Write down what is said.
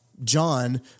John